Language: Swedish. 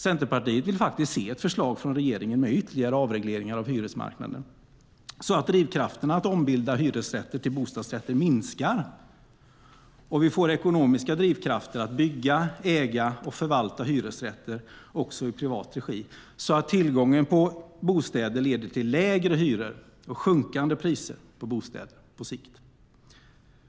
Centerpartiet vill se ett förslag från regeringen med ytterligare avregleringar av hyresmarknaden så att drivkrafterna att ombilda hyresrätter till bostadsrätter minskar och vi får ekonomiska drivkrafter att bygga, äga och förvalta hyresrätter också i privat regi så att tillgången på bostäder på sikt leder till lägre hyror och sjunkande priser på bostäder.